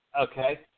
Okay